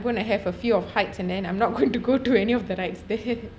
open I am gonna have a fear of heights and then I'm not going to go to any of the rides there